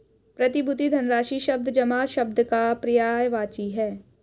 प्रतिभूति धनराशि शब्द जमा शब्द का पर्यायवाची है